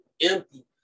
empty